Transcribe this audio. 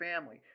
family